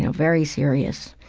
ah very serious,